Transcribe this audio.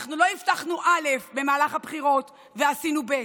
אנחנו לא הבטחנו א' במהלך הבחירות ועשינו ב'.